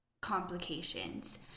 complications